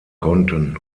konnten